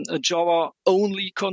Java-only